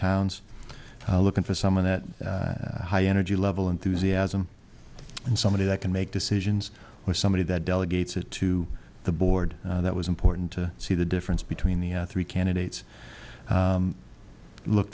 towns are looking for someone that high energy level enthusiasm and somebody that can make decisions with somebody that delegates it to the board that was important to see the difference between the three candidates look